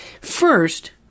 First